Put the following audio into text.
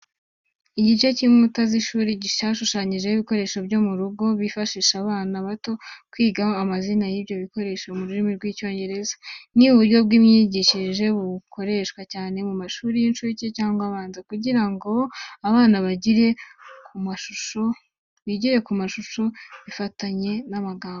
Igice cy’inkuta z’ishuri cyashushanyweho ibikoresho byo mu rugo bifasha abana bato kwiga amazina y’ibyo bikoresho mu rurimi rw’Icyongereza. Ni uburyo bw’imyigishirize, bukoreshwa cyane mu mashuri y’incuke cyangwa abanza kugira ngo abana bigire ku mashusho bifatanye n’amagambo.